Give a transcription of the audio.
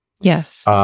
Yes